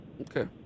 Okay